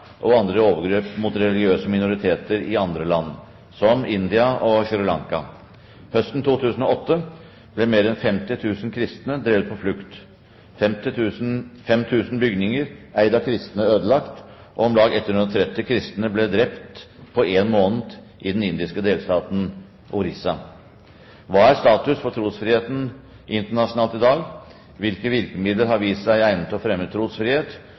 og andre overgrep mot religiøse minoriteter. Dette har vi sett i en del asiatiske land, som India og Sri Lanka. La meg ta et eksempel: Høsten 2008 ble mer enn 50 000 kristne drevet på flukt, 5 000 bygninger eid av kristne ble ødelagt, og om lag 130 kristne ble drept på en måned i den indiske delstaten Orissa. Rangerer man land hvor myndighetene står ansvarlig for